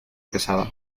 pesada